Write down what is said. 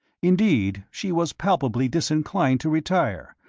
indeed, she was palpably disinclined to retire,